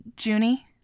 junie